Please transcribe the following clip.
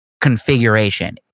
configuration